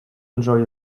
enjoy